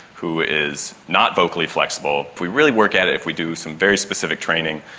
who is not vocally flexible. if we really work at it, if we do some very specific training,